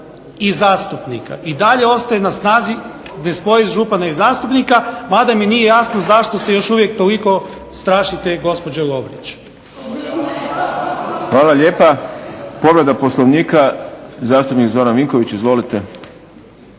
i zastupnika. I dalje ostaje na snazi nespojivost župana i zastupnika, mada mi nije jasno zašto se još uvijek toliko strašite gospođe Lovrić. **Šprem, Boris (SDP)** Hvala lijepa. Povreda Poslovnika, zastupnik Zoran Vinković. Izvolite.